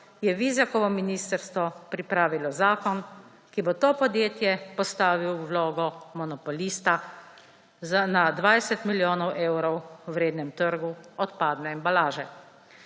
je Vizjakovo ministrstvo pripravilo zakon, ki bo to podjetje postavil v vlogo monopolista za na 20 milijonov evrov vrednem trgu odpadne embalaže.